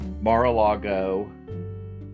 Mar-a-Lago